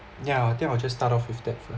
yeah I think I'll just start off with that fir~